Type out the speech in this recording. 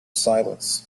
silence